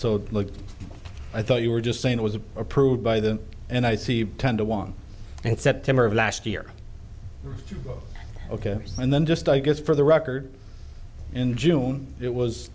so i thought you were just saying it was approved by them and i see ten to one and september of last year ok and then just i guess for the record in june it was